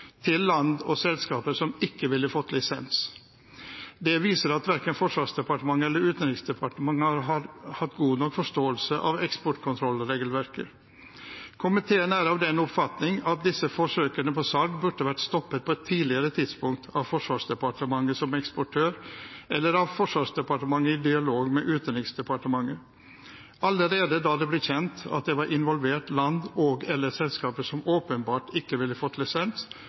til land og selskaper som ikke ville fått lisens. Det viser at verken Forsvarsdepartementet eller Utenriksdepartementet har hatt god nok forståelse av eksportkontrollregelverket. Komiteen er av den oppfatning at disse forsøkene på salg burde vært stoppet på et tidligere tidspunkt av Forsvarsdepartementet som eksportør eller av Forsvarsdepartementet i dialog med Utenriksdepartementet. Allerede da det ble kjent at det var involvert land og/eller selskaper som åpenbart ikke ville fått lisens,